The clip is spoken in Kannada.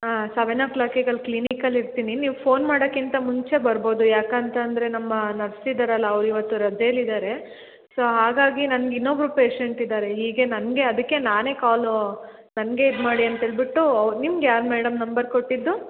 ಹಾಂ ಸವೆನ್ ಓ ಕ್ಲಾಕಿಗೆ ಅಲ್ಲಿ ಕ್ಲಿನಿಕಲ್ಲಿ ಇರ್ತೀನಿ ನೀವ್ ಫೋನ್ ಮಾಡೋಕ್ಕಿಂತ ಮುಂಚೆ ಬರ್ಬೌದು ಯಾಕೆ ಅಂತಂದರೆ ನಮ್ಮ ನರ್ಸ್ ಇದ್ದಾರಲ್ಲ ಅವ್ರು ಇವತ್ತು ರಜೇಲಿ ಇದ್ದಾರೆ ಸೊ ಹಾಗಾಗಿ ನನ್ಗೆ ಇನ್ನೊಬ್ರು ಪೇಶಂಟ್ ಇದ್ದಾರೆ ಹೀಗೆ ನನಗೆ ಅದಕ್ಕೆ ನಾನೇ ಕಾಲೂ ನನಗೆ ಇದು ಮಾಡಿ ಅಂತ ಹೇಳ್ಬುಟು ಅವ್ರು ನಿಮ್ಗೆ ಯಾರು ಮೇಡಮ್ ನಂಬರ್ ಕೊಟ್ಟಿದ್ದು